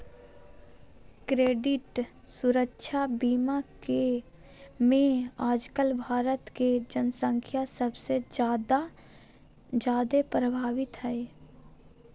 credit सुरक्षा बीमा मे आजकल भारत के जन्संख्या सबसे जादे प्रभावित हय